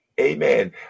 Amen